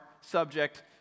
subject